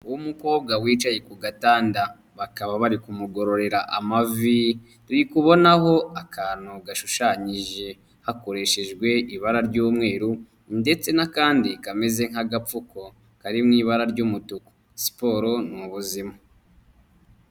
Uwo umukobwa wicaye ku gatanda bakaba bari kumugororera amavi kubonaho akantu gashushanyije hakoreshejwe ibara ry'umweru ndetse n'akandi kameze nk'agakoko kari mw'ibara ry'umutuku siporo n'ubuzima.